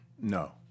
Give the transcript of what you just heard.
No